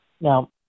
now